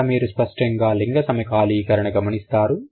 అక్కడ మీరు స్పష్టంగా లింగ సమకాలీకరణ గమనిస్తారు